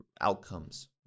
outcomes